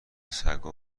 سگا